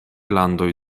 landoj